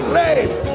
race